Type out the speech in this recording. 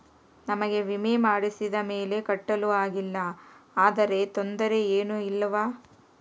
ನಮಗೆ ವಿಮೆ ಮಾಡಿಸಿದ ಮೇಲೆ ಕಟ್ಟಲು ಆಗಿಲ್ಲ ಆದರೆ ತೊಂದರೆ ಏನು ಇಲ್ಲವಾ?